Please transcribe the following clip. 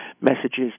messages